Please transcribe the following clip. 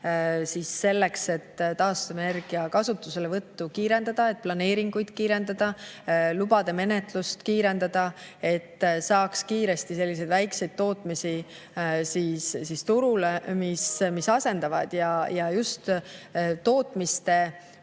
nädal selleks, et taastuvenergia kasutuselevõttu kiirendada, planeeringuid kiirendada, lubade menetlust kiirendada, et saaks kiiresti selliseid väikeseid tootmisi turule, mis asendavad. Just tootmisallikate